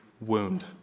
wound